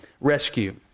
Rescue